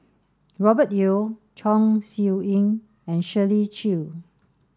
Robert Yeo Chong Siew Ying and Shirley Chew